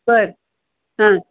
बर हां